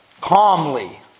calmly